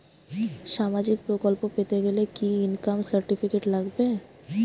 সামাজীক প্রকল্প পেতে গেলে কি ইনকাম সার্টিফিকেট লাগবে?